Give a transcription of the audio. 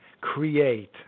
create